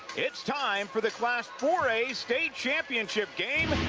it is time for the class four a state championship game,